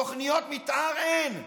תוכניות מתאר אין,